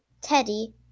teddy